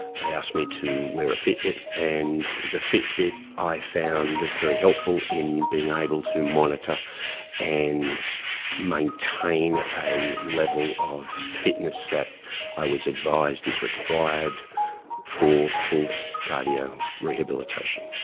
they asked me to wear a fitbit, and the fitbit i found very helpful in being able to monitor and maintain a level of fitness that i was advised is required for full cardio rehabilitation.